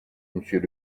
monsieur